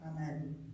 Amen